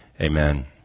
amen